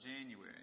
January